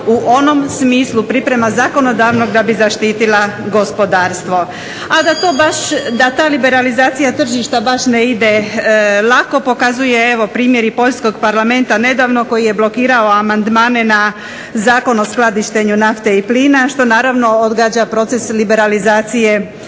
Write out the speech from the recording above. u onom smislu priprema zakonodavnog da bi zaštitila gospodarstvo. A da to baš, da ta liberalizacija tržišta baš ne ide lako pokazuje evo primjeri poljskog parlamenta nedavno koji je blokirala amandmane na Zakon o skladištenju nafte i plina, što naravno odgađa proces liberalizacije